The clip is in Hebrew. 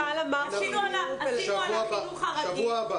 בשבוע הבא.